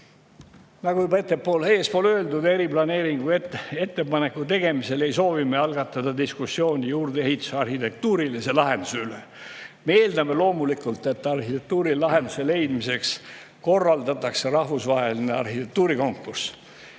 Nagu juba eespool öeldud, eriplaneeringu ettepaneku tegemisel ei soovi me algatada diskussiooni juurdeehituse arhitektuurilise lahenduse üle. Me eeldame loomulikult, et arhitektuurilahenduse leidmiseks korraldatakse rahvusvaheline arhitektuurikonkurss.